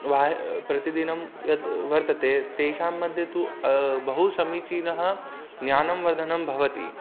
वा प्रतिदिनं यद् वर्तते तेषां मध्ये तु बहु समीचीनं ज्ञानस्य वर्धनं भवति